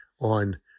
on